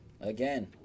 again